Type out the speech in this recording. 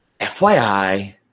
FYI